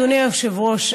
אדוני היושב-ראש,